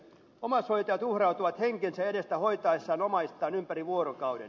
omaishoitajat uhrautuvat henkensä edestä hoitaessaan omaistaan ympäri vuorokauden